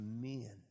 men